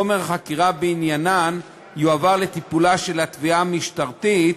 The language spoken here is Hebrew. חומר החקירה בעניינן יועבר לטיפולה של התביעה המשטרתית